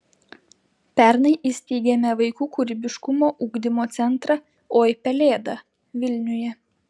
pernai įsteigėme vaikų kūrybiškumo ugdymo centrą oi pelėda vilniuje